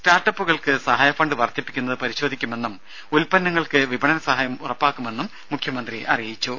start അപ്പുകൾക്ക് സഹായ fund വർധിപ്പിക്കുന്നത് പരിശോധിക്കുമെന്നും ഉത്പന്നങ്ങൾക്ക് വിപണന സഹായം ഉറപ്പാക്കുമെന്നും മുഖ്യമന്ത്രി അറിയിച്ചു